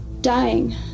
dying